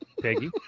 Peggy